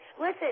Listen